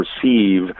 perceive